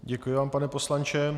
Děkuji vám, pane poslanče.